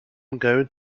going